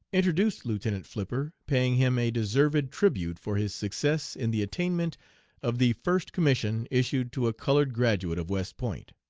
introduced lieutenant flipper, paying him a deserved tribute for his success in the attainment of the first commission issued to a colored graduate of west point.